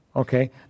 Okay